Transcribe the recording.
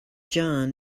john